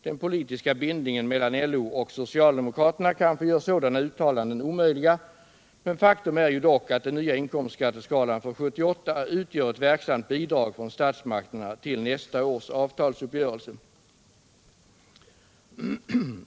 Den politiska bindningen mellan LO och socialdemokraterna kanske gör sådana uttalanden omöjliga, men faktum är ju dock att den nya inkomstskatteskalan för 1978 utgör ett verksamt bidrag från statsmakterna till nästa års avtalsuppgörelse.